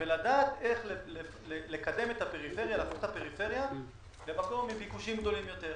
ולדעת איך לקדם את הפריפריה כמקור לביקושים גדולים יותר,